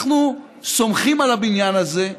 אנחנו סומכים על הבניין הזה,